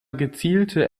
gezielte